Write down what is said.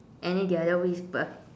and then the other with a